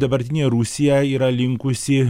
dabartinė rusija yra linkusi